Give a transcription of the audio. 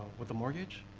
with the mortgage?